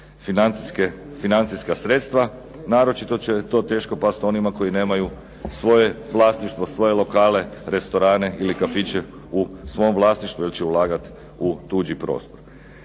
financijska sredstva. Naročito će to teško pasti onima koji nemaju svoje vlasništvo, svoje lokale, restorane ili kafiće u svom vlasništvu jer će ulagati u tuđi prostor.